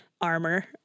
armor